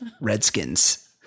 Redskins